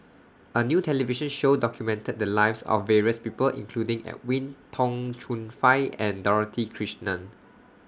A New television Show documented The Lives of various People including Edwin Tong Chun Fai and Dorothy Krishnan